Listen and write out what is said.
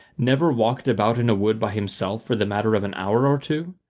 never walked about in a wood by himself for the matter of an hour or two?